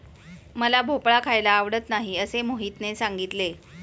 मला भोपळा खायला आवडत नाही असे मोहितने सांगितले